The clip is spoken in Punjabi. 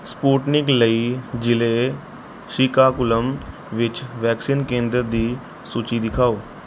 ਸਪੁਟਨਿਕ ਲਈ ਜ਼ਿਲ੍ਹੇ ਸ਼ੀਕਾਕੁਲਮ ਵਿੱਚ ਵੈਕਸੀਨ ਕੇਂਦਰ ਦੀ ਸੂਚੀ ਦਿਖਾਓ